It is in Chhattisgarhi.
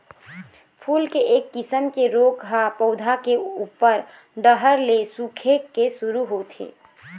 फूल के एक किसम के रोग ह पउधा के उप्पर डहर ले सूखे के शुरू होथे